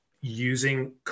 using